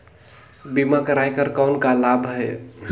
बीमा कराय कर कौन का लाभ है?